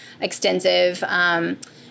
extensive